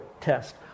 test